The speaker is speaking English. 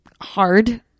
hard